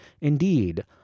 Indeed